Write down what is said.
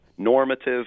normative